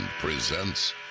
presents